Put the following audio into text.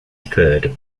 third